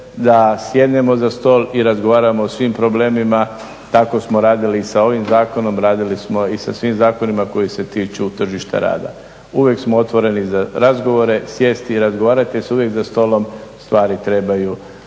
da sjednemo za stol i razgovaramo o svim problemima. Tako smo radili i sa ovim zakonom radili smo i sa svim zakonima koji se tiču tržišta rada. Uvijek smo otvoreni za razgovore, sjesti i razgovarati jer se uvijek za stolom stvari trebaju